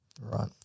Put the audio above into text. Right